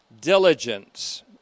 diligence